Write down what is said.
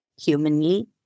humanly